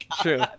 True